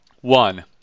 One